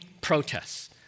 protests